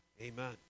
Amen